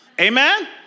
Amen